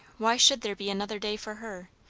why should there be another day for her?